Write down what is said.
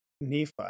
Nephi